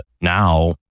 now